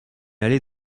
allée